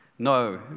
No